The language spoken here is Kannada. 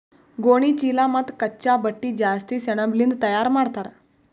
ಗೋಣಿಚೀಲಾ ಮತ್ತ್ ಕಚ್ಚಾ ಬಟ್ಟಿ ಜಾಸ್ತಿ ಸೆಣಬಲಿಂದ್ ತಯಾರ್ ಮಾಡ್ತರ್